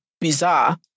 bizarre